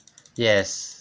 yes